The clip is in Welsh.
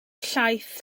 llaeth